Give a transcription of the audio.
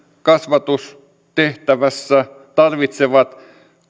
kasvatustehtävässä tarvitsevat